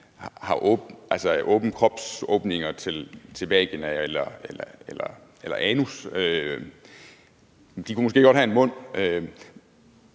har kropsåbninger til vagina eller anus, men de kan måske godt have en mund.